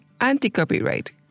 anti-copyright